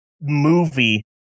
movie